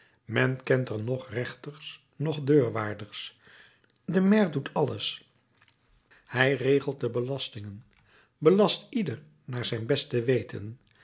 men kent er noch rechters noch deurwaarders de maire doet alles hij regelt de belastingen belast ieder naar zijn beste weten